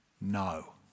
no